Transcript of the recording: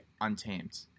Untamed